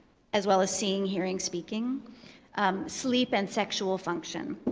as well as seeing, hearing, speaking sleep, and sexual function.